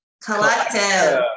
Collective